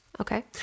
Okay